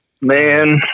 Man